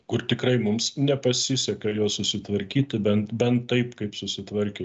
kur tikrai mums nepasiseka jo susitvarkytų bent bent taip kaip susitvarkė